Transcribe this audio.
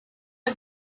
are